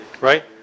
right